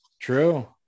True